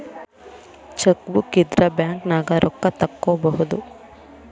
chequebook ಇದ್ರ ಬ್ಯಾಂಕ್ನ್ಯಾಗ ರೊಕ್ಕಾ ತೊಕ್ಕೋಬಹುದು